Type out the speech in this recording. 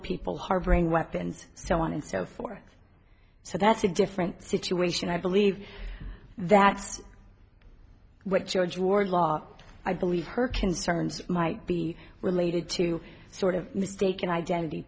people harboring weapons so on and so forth so that's a different situation i believe that's what george wardlaw i believe her concerns might be related to sort of mistaken identity